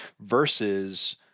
versus